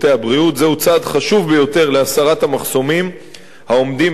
זהו צעד חשוב ביותר להסרת המחסומים העומדים בפני בני